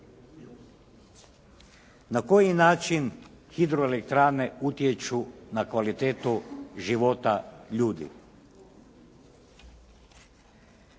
Na koji način hidroelektrane utječu na kvalitetu života ljudi?